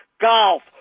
golf